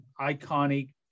iconic